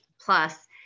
plus